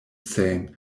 same